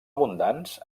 abundants